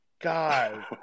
God